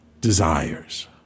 desires